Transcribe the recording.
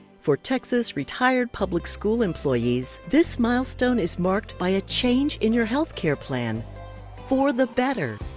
for texas retired public school employees, this milestone is marked by a change in your health care plan for the better!